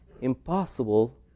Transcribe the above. impossible